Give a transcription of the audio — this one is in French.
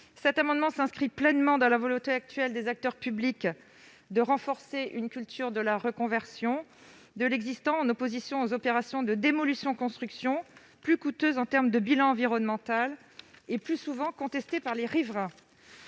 Cet amendement s'inscrit pleinement dans la volonté actuelle des acteurs publics de renforcer une culture de la reconversion de l'existant, à l'opposé des opérations de démolition-reconstruction plus coûteuses sur le plan environnemental et plus souvent contestées par les riverains.